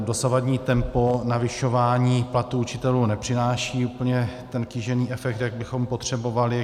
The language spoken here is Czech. Dosavadní tempo navyšování platů učitelů nepřináší úplně ten kýžený efekt, jak bychom potřebovali.